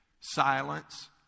silence